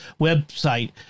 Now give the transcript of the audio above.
website